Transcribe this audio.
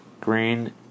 Green